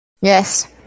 Yes